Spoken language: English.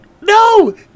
No